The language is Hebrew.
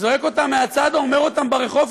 זועק אותן מהצד או אומר אותם ברחוב,